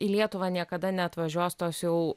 į lietuvą niekada neatvažiuos tos jau